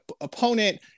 opponent